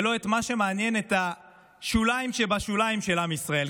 ולא במה שמעניין את השוליים שבשוליים של עם ישראל,